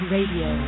Radio